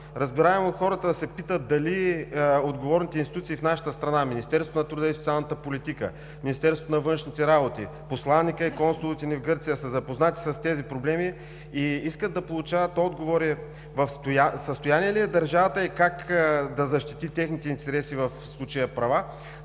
Разбираемо е хората да се питат дали отговорните институции в нашата страна – Министерството на труда и социалната политика, Министерството на външните работи, посланика и консулите ни в Гърция са запознати с тези проблеми, и искат да получават отговори в състояние ли е държавата и как да защити техните интереси, в случая права?